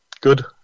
Good